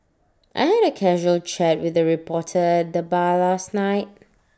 I had A casual chat with A reporter at the bar last night